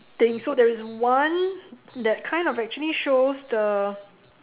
thing so there is one that kind of actually shows the